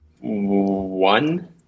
One